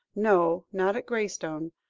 no, not at graystone.